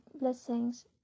blessings